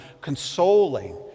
consoling